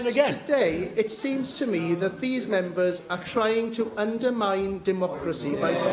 and yet, today, it seems to me that these members are trying to undermine democracy by